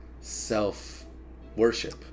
self-worship